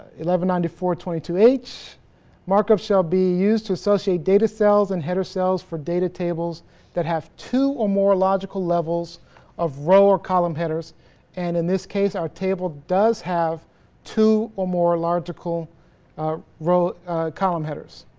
eleven ninety four twenty two h marcus shelby used to such a data cells and header sells for data tables that have to more logical levels of role or column headers and in this case our table does have to or more logical wrote column headers